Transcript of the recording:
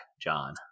John